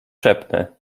szepnę